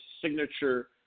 signature